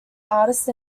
artist